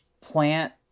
plant